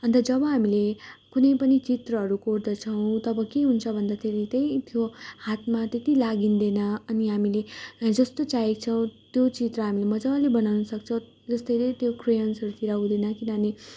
अन्त जब हामीले कुनै पनि चित्रहरू कोर्दछौँ तब के हुन्छ भन्दाखेरि त्यही त्यो हातमा त्यति लागिँदैन अनि हामीले जस्तो चाहेको छौँ त्यो चित्र हामीले मजाले बनाउनसक्छौँ जसरी त्यो क्रेयोन्सहरूतिर हुँदैन किनभने